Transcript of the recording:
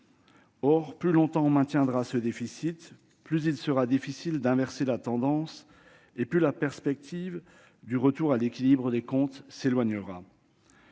Or plus longtemps on maintiendra ce déficit, plus il sera difficile d'inverser la tendance et plus la perspective d'un retour à l'équilibre des comptes s'éloignera.